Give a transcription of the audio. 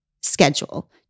schedule